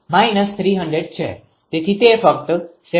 તેથી તે ફક્ત 17